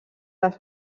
les